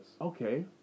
Okay